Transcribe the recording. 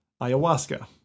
ayahuasca